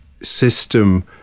system